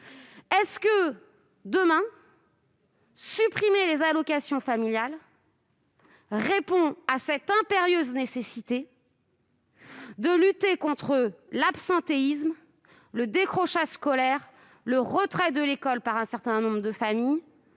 autant, la suppression des allocations familiales répond-elle à cette impérieuse nécessité de lutter contre l'absentéisme, le décrochage scolaire, voire le retrait de l'école par un certain nombre de familles ?